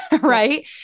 right